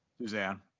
Suzanne